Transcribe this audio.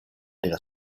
della